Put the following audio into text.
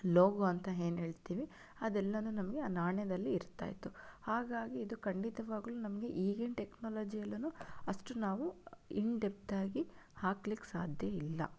logo ಅಂತ ಏನು ಹೇಳ್ತೀವಿ ಅದೆಲ್ಲವೂ ನಮಗೆ ಆ ನಾಣ್ಯದಲ್ಲಿ ಇರ್ತಾ ಇತ್ತು ಹಾಗಾಗಿ ಇದು ಖಂಡಿತವಾಗಲೂ ನಮಗೆ ಈಗಿನ ಟೆಕ್ನಾಲಜಿಯಲ್ಲೂ ಅಷ್ಟು ನಾವು ಇನ್ಡೆಪ್ತಾಗಿ ಹಾಕಲಿಕ್ಕೆ ಸಾಧ್ಯ ಇಲ್ಲ